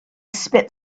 spit